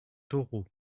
taureau